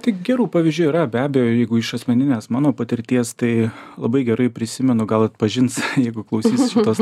tai gerų pavyzdžių yra be abejo jeigu iš asmeninės mano patirties tai labai gerai prisimenu gal atpažins jeigu klausys šitos